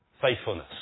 faithfulness